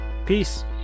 Peace